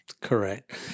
Correct